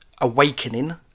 awakening